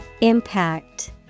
Impact